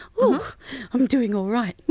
whoo i'm doing alright.